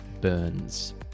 Burns